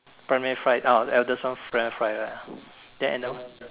primary five uh eldest one primary five right then another one